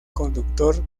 conductor